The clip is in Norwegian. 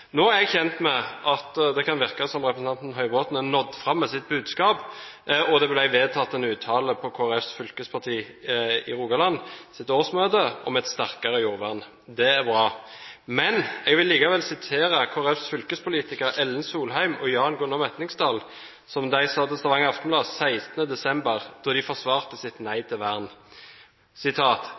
Nå er jeg kjent med at det kan virke som om representanten Høybråten har nådd fram med sitt budskap, og det ble vedtatt en uttalelse på årsmøtet til Kristelig Folkepartis fylkesparti i Rogaland om et sterkere jordvern. Det er bra. Men jeg vil likevel sitere Kristelig Folkepartis fylkespolitikere Ellen Solheim og Jan Gunnar Matningsdal, som sa til Stavanger Aftenblad 16. desember da de forsvarte sitt nei til vern: